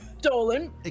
Dolan